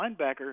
linebacker